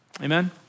Amen